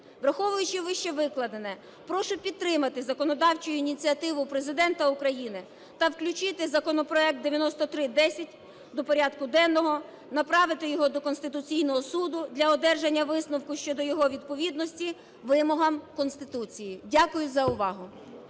Враховуючи вищевикладене, прошу підтримати законодавчу ініціативу Президента України та включити законопроект 9310 до порядку денного, направити його до Конституційного Суду для одержання висновку щодо його відповідності вимогам Конституції. Дякую за увагу.